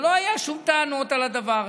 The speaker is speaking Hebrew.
ולא היו שום טענות על הדבר הזה.